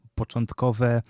początkowe